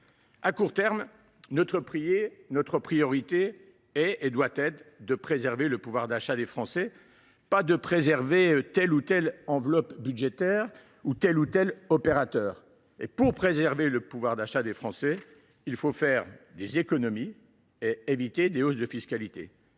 À court terme, notre priorité est et doit être de préserver le pouvoir d’achat des Français, et non de préserver telle ou telle enveloppe budgétaire ou tel ou tel opérateur. Pour ce faire, il faut faire des économies et éviter les hausses de fiscalité.